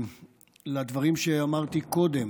לדברים שאמרתי קודם.